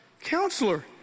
counselor